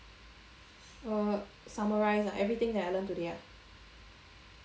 orh summarize ah everything that I learn today ah